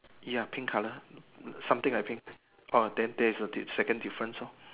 ya pink colour something like pink orh then that is a D second difference lor